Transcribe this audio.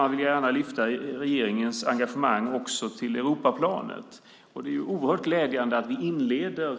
Jag vill gärna lyfta fram regeringens engagemang också till Europaplanet. Det är oerhört glädjande att vi inleder